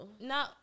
No